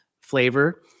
flavor